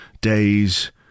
days